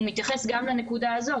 מתייחס גם לנקודה הזאת.